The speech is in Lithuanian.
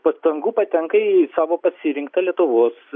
pastangų patenka į savo pasirinktą lietuvos